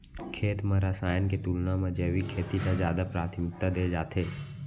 खेत मा रसायन के तुलना मा जैविक खेती ला जादा प्राथमिकता दे जाथे